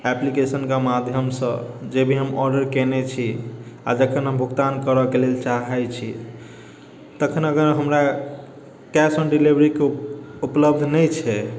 एप्लिकेशनके माध्यमसँ जे भी हम ऑर्डर कयने छी आओर जखन हम भुगतान करैके लेल चाहै छी तखन अगर हमरा कैश ऑन डेलिभरीके उपलब्ध नहि छै